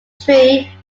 tree